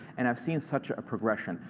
and i've seen such a progression.